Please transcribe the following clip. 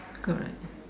God